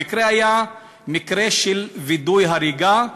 המקרה היה מקרה של וידוא הריגה,